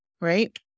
right